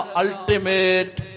ultimate